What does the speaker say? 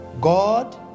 God